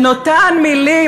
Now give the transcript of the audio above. הן אותן מילים,